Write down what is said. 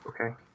Okay